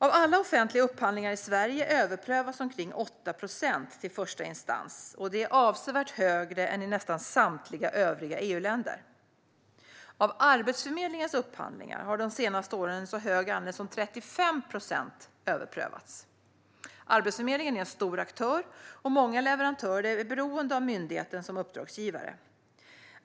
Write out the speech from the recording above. Av alla offentliga upphandlingar i Sverige överprövas omkring 8 procent till första instans, och det är avsevärt högre än i nästan samtliga övriga EU-länder. Av Arbetsförmedlingens upphandlingar har de senaste åren en så hög andel som 35 procent överprövats. Arbetsförmedlingen är en stor aktör, och många leverantörer är beroende av myndigheten som uppdragsgivare.